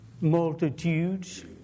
multitudes